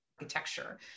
architecture